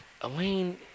Elaine